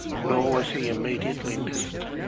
nor was he immediately missed.